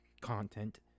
content